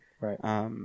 Right